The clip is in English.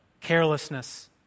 carelessness